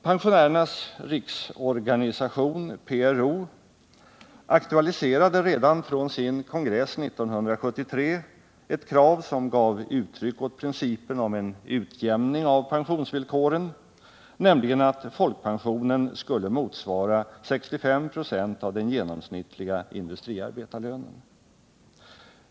Pensionärernas riksorganisation, PRO, aktualiserade redan vid sin kongress 1973 ett krav som gav uttryck åt principen om en utjämning av pensionsvillkoren, nämligen att folkpensionen skall motsvara 65 96 av den genomsnittliga industriarbetarlönen.